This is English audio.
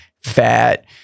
Fat